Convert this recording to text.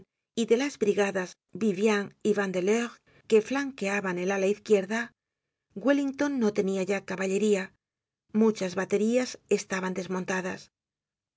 y de las brigadas vivian y vandeleur que flanqueaban el ala izquierda wellington no tenia ya caballería muchas baterías estaban desmontadas